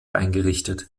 eingerichtet